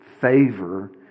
favor